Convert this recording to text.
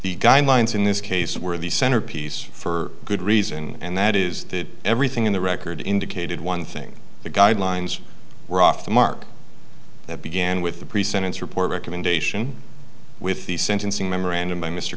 the guidelines in this case were the centerpiece for good reason and that is that everything in the record indicated one thing the guidelines were off the mark that began with the pre sentence report recommendation with the sentencing memorandum by mr